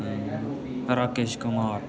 Rakesh Kumar